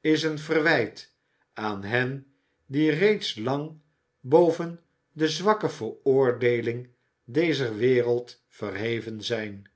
is een verwijt aan hen die reeds lang boven de zwakke veroordeeling dezer wereld verheven zijn